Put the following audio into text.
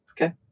Okay